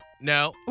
No